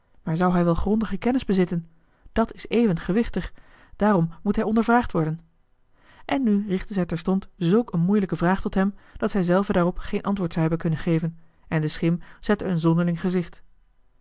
maar zou hij wel grondige kennis bezitten dat is even gewichtig daarom moet hij ondervraagd worden en nu richtte zij terstond zulk een moeilijke vraag tot hem dat zij zelve daarop geen antwoord zou hebben kunnen geven en de schim zette een zonderling gezicht